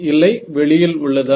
இல்லை வெளியில் உள்ளதா